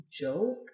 joke